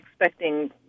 expecting